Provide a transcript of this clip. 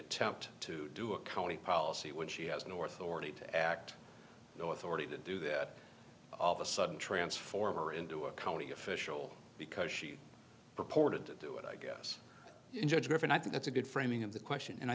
attempt to do a county policy which she has north already to act no authority to do that all of a sudden transformer into a county official because she reported to do it i guess judge griffin i think that's a good framing of the question and i